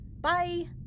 Bye